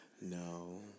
No